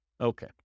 Okay